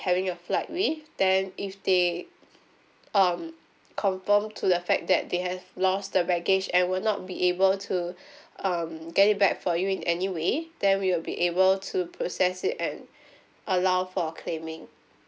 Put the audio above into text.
having your flight with then if they um confirm to the fact that they have lost the baggage and will not be able to um get it back for you in any way then we will be able to process it and allow for claiming